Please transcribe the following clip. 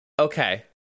Okay